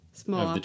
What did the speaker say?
Small